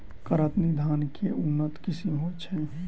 कतरनी धान केँ के उन्नत किसिम होइ छैय?